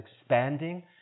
expanding